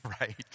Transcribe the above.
right